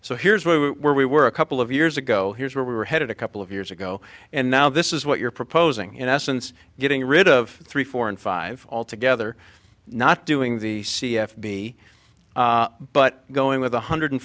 so here's where we were we were a couple of years ago here's where we were headed a couple of years ago and now this is what you're proposing in essence getting rid of three four and five altogether not doing the c f b but going with one hundred